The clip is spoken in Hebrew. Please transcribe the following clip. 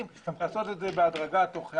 לעשות את זה בהדרגה תוך ארבע,